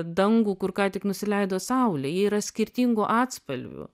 dangų kur ką tik nusileido saulė jie yra skirtingų atspalvių